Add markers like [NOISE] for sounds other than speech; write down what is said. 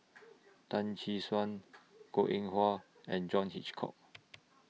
[NOISE] Tan [UNINTELLIGIBLE] Suan Goh Eng Wah and John Hitchcock